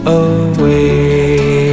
away